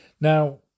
Now